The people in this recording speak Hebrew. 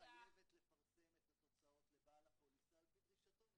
חייבת לפרסם את התוצאות לבעל הפוליסה על פי דרישתו.